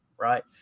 right